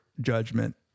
judgment